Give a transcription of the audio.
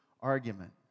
argument